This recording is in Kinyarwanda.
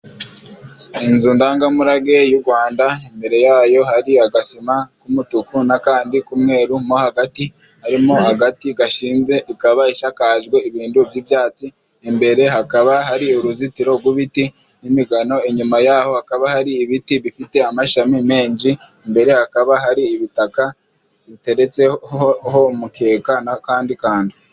Inzu ndangamurage y'ugwanda imbere yayo hari agasima k'umutuku n'akandi k'umweru nko hagati harimo agati gashinze ikaba isakajwe ibintu by'ibyatsi imbere hakaba hari uruzitiro gw'ibiti n'imigano inyuma yaho hakaba hari ibiti bifite amashami menshi imbere hakaba hari ibitaka biteretseho ho umukeka n'akandi kantu.